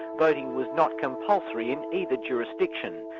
voting was not compulsory in either jurisdiction,